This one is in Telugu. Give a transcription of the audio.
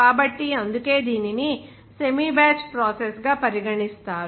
కాబట్టి అందుకే దీనిని సెమీ బ్యాచ్ ప్రాసెస్ గా పరిగణిస్తారు